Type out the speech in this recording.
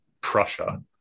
Prussia